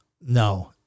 no